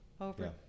Over